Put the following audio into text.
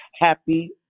Happy